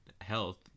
health